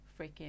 freaking